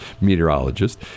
meteorologist